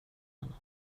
henne